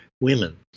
women